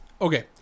Okay